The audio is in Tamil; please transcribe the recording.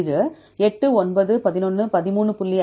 இது 8 9 11 13